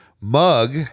mug